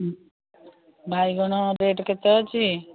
ବାଇଗଣ ରେଟ୍ କେତେ ଅଛି